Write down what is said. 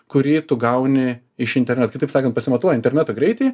kurį tu gauni iš interneto kitaip sakant pasimatuoji interneto greitį